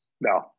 no